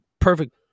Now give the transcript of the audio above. perfect